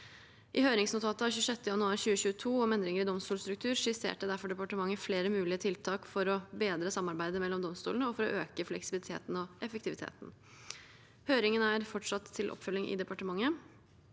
I høringsnotatet av 26. januar 2022 om endringer i domstolstruktur skisserte derfor departementet flere mulige tiltak for å bedre samarbeidet mellom domstolene og for å øke fleksibiliteten og effektiviteten. Høringen er fortsatt til oppfølging i departementet.